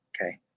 okay